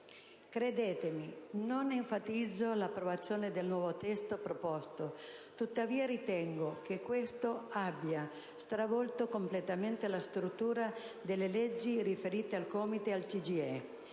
Credetemi, non enfatizzo l'approvazione del nuovo testo proposto. Tuttavia, ritengo che questo abbia stravolto completamente la struttura delle leggi riferite ai COMITES e al CGIE.